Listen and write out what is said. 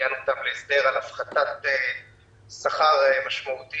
הגענו איתם להסדר על הפחתת שכר משמעותית.